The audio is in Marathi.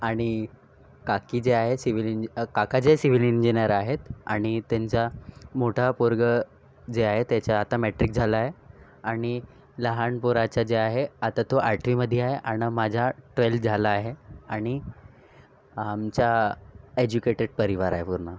आणि काकी जे आहे सिव्हिल इंजि काका जे सिव्हिल इंजिनियर आहेत आणि त्यांचा मोठा पोरगं जे आहे त्याच्या आता मॅट्रिक झालं आहे आणि लहान पोराचं जे आहे आता तो आठवीमध्ये आहे आण माझा ट्वेल्व्ह झालं आहे आणि आमच्या एज्युकेटेड परिवार आहे पूर्ण